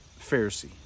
Pharisee